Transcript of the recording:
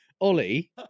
Ollie